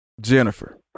Jennifer